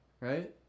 right